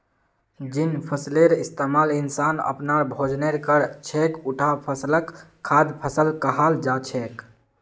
जिन फसलेर इस्तमाल इंसान अपनार भोजनेर कर छेक उटा फसलक खाद्य फसल कहाल जा छेक